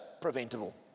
preventable